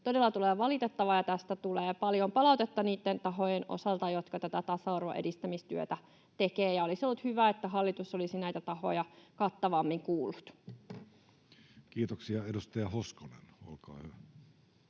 todella todella valitettavaa, ja tästä tulee paljon palautetta niitten tahojen osalta, jotka tätä tasa-arvon edistämistyötä tekevät, ja olisi ollut hyvä, että hallitus olisi näitä tahoja kattavammin kuullut. [Speech 200] Speaker: